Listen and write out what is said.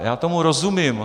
Já tomu rozumím.